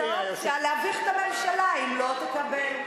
האופציה להביך את הממשלה אם לא תקבל.